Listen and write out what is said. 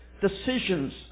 decisions